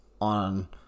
on